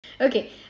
okay